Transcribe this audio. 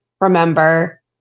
remember